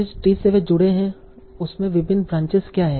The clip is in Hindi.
जिस ट्री से वे जुड़े हैं उसमें विभिन्न ब्रान्चेस क्या हैं